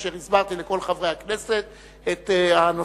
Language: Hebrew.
כאשר הסברתי לכל חברי הכנסת את הנושאים